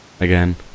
again